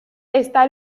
está